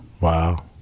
Wow